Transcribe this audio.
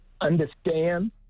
understand